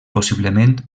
possiblement